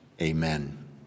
Amen